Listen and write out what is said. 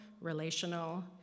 relational